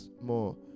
more